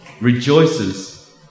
rejoices